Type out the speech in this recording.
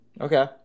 Okay